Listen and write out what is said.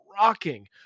rocking